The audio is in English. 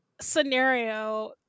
scenario